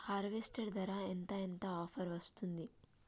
Harvester ధర ఎంత ఎంత ఆఫర్ వస్తుంది?